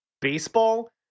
Baseball